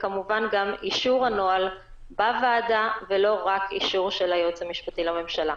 וכמובן שגם אישור הנוהל בוועדה ולא רק אישור של היועץ המשפטי לממשלה.